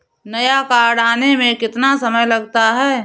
नया कार्ड आने में कितना समय लगता है?